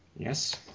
Yes